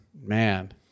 Man